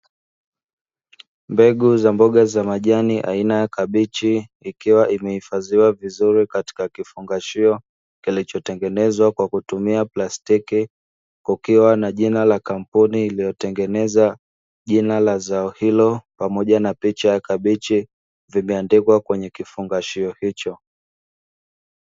Mbegu za mboga za majani aina ya kabichi ikiwa imehifadhiwa vizuri katika kifungashio kilichotengenezwa kwa kutumia plastiki, kukiwa na jina la kampuni iliyotengeneza jina la zao hilo pamoja na picha ya kabichi vimeandikwa kwenye kifungashio hicho.